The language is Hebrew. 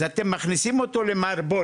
אז אתם מכניסים אותו למערבולת.